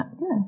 Yes